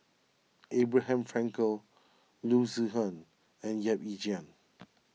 Abraham Frankel Loo Zihan and Yap Ee Chian